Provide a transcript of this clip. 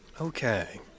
Okay